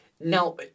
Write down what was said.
Now